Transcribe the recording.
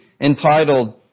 entitled